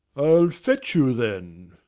i'll fetch you then.